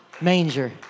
manger